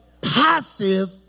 passive